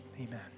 amen